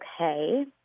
okay